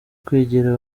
kwegera